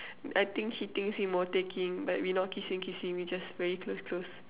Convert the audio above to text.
I think she thinks we but we not kissing kissing we just very close close